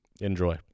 Enjoy